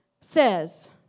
says